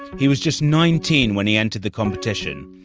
he was just nineteen when he entered the competition,